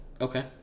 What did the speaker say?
Okay